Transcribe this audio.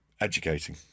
educating